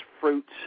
fruits